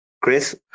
Chris